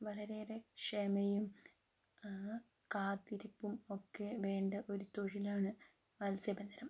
വളരെയേറെ ക്ഷമയും കാത്തിരിപ്പും ഒക്കേ വേണ്ട ഒരു തൊഴിലാണ് മത്സ്യബന്ധനം